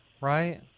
Right